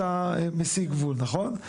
אתה מסיג גבול, נכון?